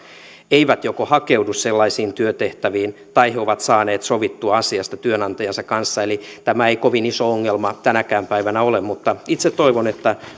eivät hakeudu sellaisiin työtehtäviin tai ovat saaneet sovittua asiasta työnantajansa kanssa eli tämä ei kovin iso ongelma tänäkään päivänä ole mutta itse toivon että